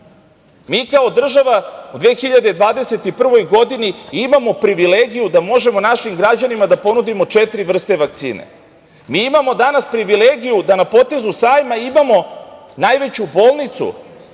kao država u 2021. godini imamo privilegiju da možemo našim građanima da ponudimo četiri vrste vakcine. Mi imamo danas privilegiju da na potezu sajma imamo najveću bolnicu